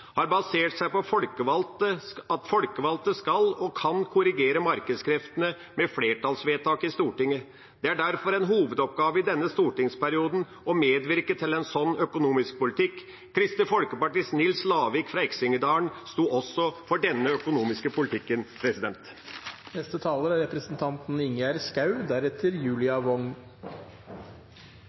har basert seg på at folkevalgte skal og kan korrigere markedskreftene ved flertallsvedtak i Stortinget. Det er derfor en hovedoppgave i denne stortingsperioden å medvirke til en sånn økonomisk politikk. Kristelig Folkepartis Nils Lavik fra Eksingedalen sto også for denne økonomiske politikken.